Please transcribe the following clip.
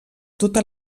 tota